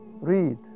Read